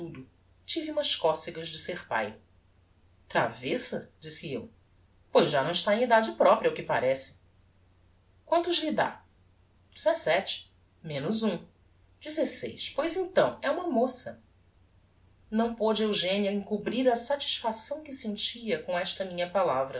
tudo tive umas cocegas de ser pae travêssa disse eu pois já não está em edade propria ao que parece quantos lhe dá dezesete menos um dezeseis pois então é uma moça não pôde eugenia encobrir a satisfação que sentia com esta minha palavra